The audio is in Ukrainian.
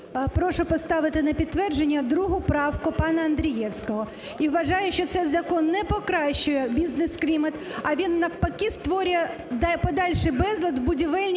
Прошу поставити на підтвердження другу правку пана Андрієвського і вважаю, що цей закон не покращує бізнес-клімат, а він навпаки створює подальший безлад в будівельній галузі,